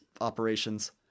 operations